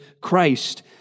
Christ